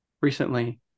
recently